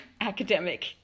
academic